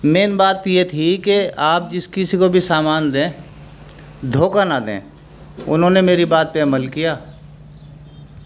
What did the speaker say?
مین بات تو یہ تھی کہ آپ جس کسی کو بھی سامان دیں دھوکا نہ دیں انہوں نے میری بات پہ عمل کیا